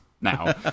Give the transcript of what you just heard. now